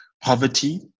poverty